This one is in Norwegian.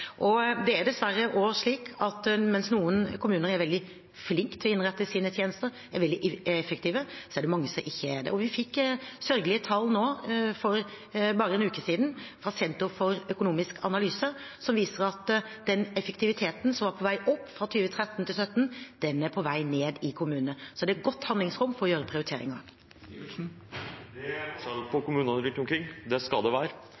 Det er dessverre også slik at mens noen kommuner er veldig flinke til å innrette sine tjenester og er veldig effektive, er det mange som ikke er det. Vi fikk sørgelige tall nå for bare en uke siden fra Senter for økonomisk analyse, som viser at effektiviteten, som var på vei opp fra 2013 til 2017, er på vei ned i kommunene. Så det er godt handlingsrom for å gjøre prioriteringer. Det er forskjell på kommunene rundt omkring. Det skal det være,